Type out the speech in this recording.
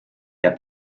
jääb